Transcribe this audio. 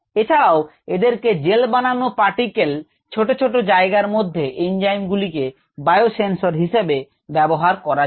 এছাড়াও এদেরকে জেল বানানো পার্টিকেল ছোট জায়গার মধ্যে এনজাইম গুলিকে বায়োসেন্সর হিসাবে ব্যবহার করা যায়